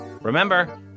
Remember